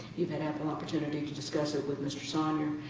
you've had ample opportunity to discuss it with mr. sonner,